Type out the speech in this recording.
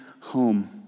home